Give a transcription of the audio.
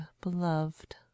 beloved